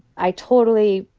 i totally,